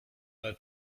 ale